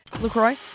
LaCroix